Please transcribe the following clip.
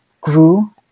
grew